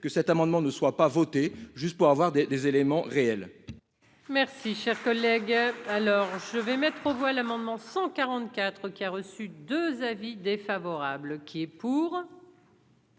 que cet amendement ne soit pas votée juste pour avoir des des éléments réels. Merci, cher collègue, alors je vais mettre aux voix l'amendement. 144 qui a reçu 2 avis défavorables qui est pour.